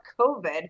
COVID